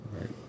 Right